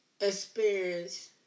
experience